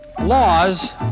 Laws